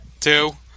Two